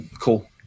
Cool